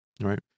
right